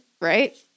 right